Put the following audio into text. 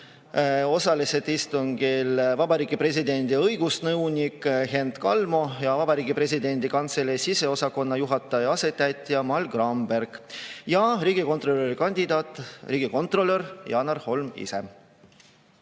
osalesid istungil Vabariigi Presidendi õigusnõunik Hent Kalmo ja Vabariigi Presidendi Kantselei siseosakonna juhataja asetäitja Mall Gramberg ja riigikontrolöri kandidaat, riigikontrolör Janar Holm ise.